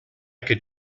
could